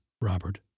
Robert